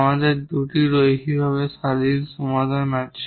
আমাদের দুটি লিনিয়ারভাবে ইন্ডিপেন্ডেন্ট সমাধান আছে